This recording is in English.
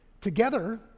Together